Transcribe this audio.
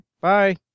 Bye